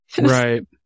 Right